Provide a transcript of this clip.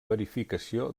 verificació